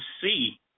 see